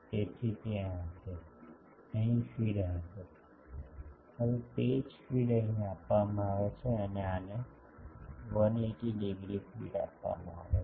તેથી ત્યાં હશે અહીં ફીડ હશે હવે તે જ ફીડ અહીં આપવામાં આવે છે અને આને 180 ડિગ્રી ફીડ આપવામાં આવે છે